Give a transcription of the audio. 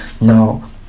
now